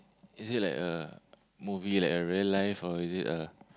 is it like a movie like a real life or is it a